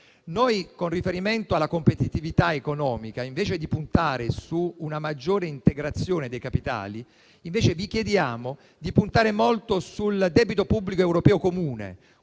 Con riferimento alla competitività economica, invece di puntare su una maggiore integrazione dei capitali, vi chiediamo di puntare molto sul debito pubblico europeo comune,